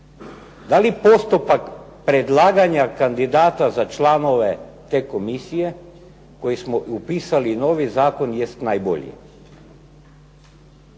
da li postupak predlaganja kandidata za članove te komisije koji smo upisali novi zakon jest najbolji.